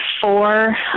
four